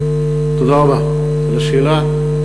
תודה רבה על השאלה.